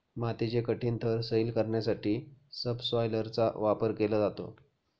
मातीचे कठीण थर सैल करण्यासाठी सबसॉयलरचा वापर केला जातो